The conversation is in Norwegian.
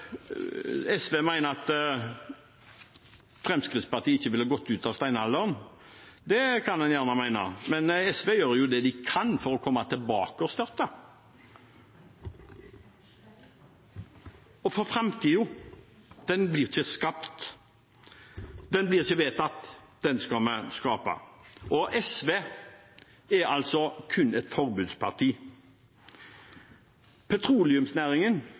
SV mener at Fremskrittspartiet ikke ville gått ut av steinalderen – det kan man gjerne mene – men SV gjør jo det de kan for at vi skal komme tilbake dit. Framtiden blir ikke vedtatt – den skal vi skape. SV er altså kun et forbudsparti. Petroleumsnæringen